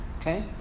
Okay